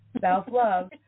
self-love